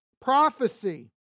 prophecy